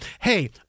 hey